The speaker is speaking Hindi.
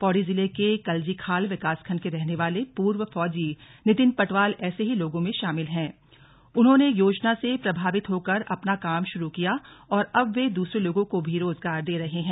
पौड़ी जिले के कल्जीखाल विकासखंड के रहने वाले पूर्व फौजी नितिन पटवाल ऐसे ही लोगों में शामिल हैं जिन्होंने योजना से प्रभावित होकर अपना काम शुरू किया और अब वे दूसरे लोगों को भी रोजगार दे रहे हैं